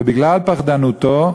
ובגלל פחדנותו,